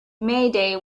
mayday